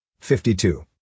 52